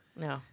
No